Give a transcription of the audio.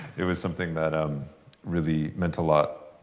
it was something that um really meant a lot.